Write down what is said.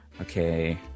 Okay